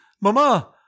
mama